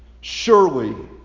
Surely